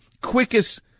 quickest